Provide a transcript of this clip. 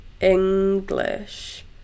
English